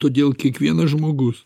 todėl kiekvienas žmogus